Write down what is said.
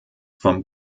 vom